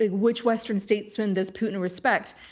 which western statesman does putin respect?